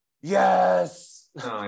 yes